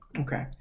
Okay